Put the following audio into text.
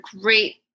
great